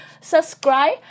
subscribe